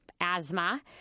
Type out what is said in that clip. asthma